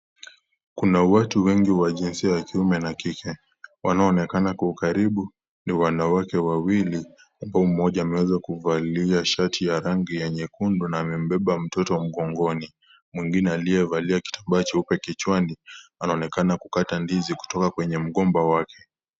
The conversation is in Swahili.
Kuna watu wengi wa jinsia ya kiume na kike . Wanaonekana kwa ukaribu ni wanawake wawili ambapo mmoja ameweza kuvalia sahi ya rangi ya nyekundu na amembeba mtoto mgongoni, mwingine aliyevalia kitambaa cheupe kichwani anaonekana kukata ndizi kutoka kwenye mgomba wake.